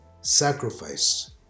sacrifice